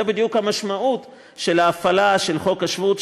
זה בדיוק המשמעות של ההפעלה של חוק השבות,